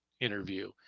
interview